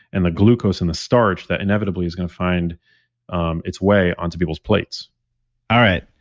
and the glucose and the starch that inevitably is going to find um its way onto people's plates all right.